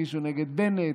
מישהו נגד בנט,